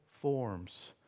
forms